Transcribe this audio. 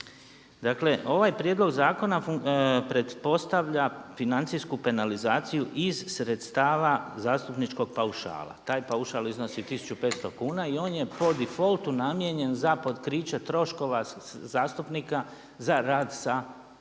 Dakle, ovaj prijedlog zakona pretpostavlja financijsku penalizaciju iz sredstava zastupničkog paušala. Taj paušal iznosi 1500 kuna i on je po difoltu namijenjen za pokriće troškova zastupnika za rad na terenu,